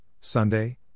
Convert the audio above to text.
Sunday